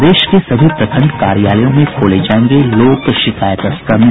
प्रदेश के सभी प्रखंड कार्यालयों में खोले जायेंगे लोक शिकायत स्कंध